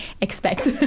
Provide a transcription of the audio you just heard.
expect